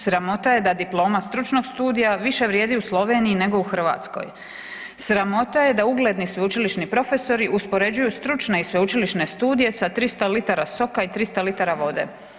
Sramota je da diploma stručnog studija više vrijedi u Sloveniji nego u Hrvatskoj, sramota je da ugledni sveučilišni profesori uspoređuju stručne i sveučilišne studije sa 300 litara soka i 300 litara vode.